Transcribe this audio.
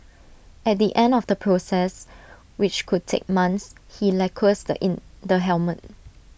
at the end of the process which could take months he lacquers the in the helmet